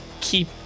keep